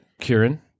Kieran